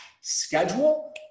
schedule